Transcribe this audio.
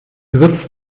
griff